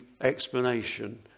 explanation